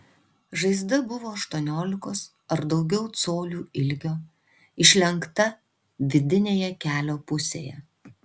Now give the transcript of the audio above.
žaizda buvo aštuoniolikos ar daugiau colių ilgio išlenkta vidinėje kelio pusėje